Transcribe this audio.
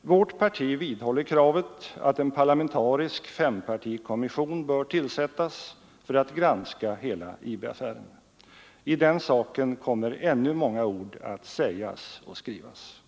Vårt parti vidhåller kravet att en parlamentarisk fempartikom mission bör tillsättas för att granska hela IB-affären. I den saken kommer ännu många ord att sägas och skrivas.